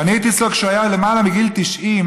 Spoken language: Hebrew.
ואני הייתי אצלו כשהוא היה למעלה מגיל 90,